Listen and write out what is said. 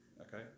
okay